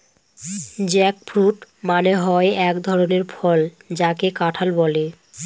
jackfruit মানে হয় এক ধরনের ফল যাকে কাঁঠাল বলে